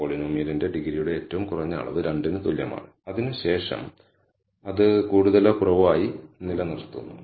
പോളിനോമിയലിന്റെ ഡിഗ്രിയുടെ ഏറ്റവും കുറഞ്ഞ അളവ് 2 ന് തുല്യമാണ് അതിനുശേഷം അത് കൂടുതലോ കുറവോ ആയി നിലനിർത്തുന്നു